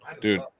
dude